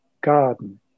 garden